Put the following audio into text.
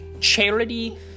Charity